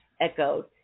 echoed